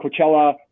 Coachella